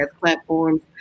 platforms